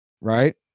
right